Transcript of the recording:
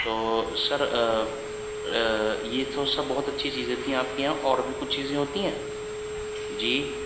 تو سر یہ تو سب بہت اچھی چیزیں تھیں آپ کے یہاں اور بھی کچھ چیزیں ہوتی ہیں جی